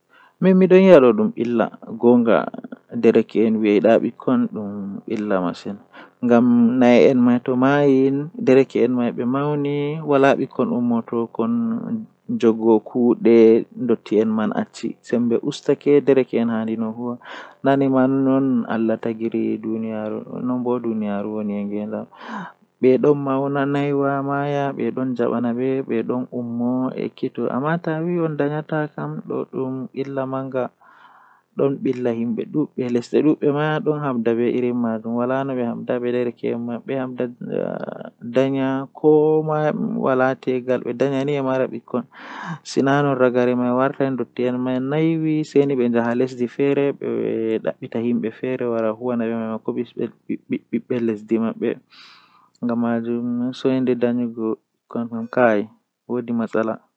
Taalel taalel jannata booyel, Woodi bingel debbo feere ni yerimaajo bingel lamdo odon dilla sei ohefti ohefti dan kunne feere boodum nde o hefti sei oyaarini dadiraawo maako, Asei gol on dum don mari ceede masin nde baba man nani habaru ko owadi sei ovi toh bingel debbo man kanko ronata laamu maako to o mayi.